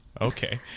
okay